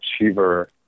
achiever